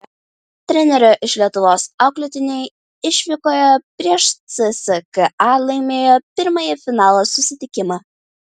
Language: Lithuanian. trenerio iš lietuvos auklėtiniai išvykoje prieš cska laimėjo pirmąjį finalo susitikimą